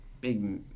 big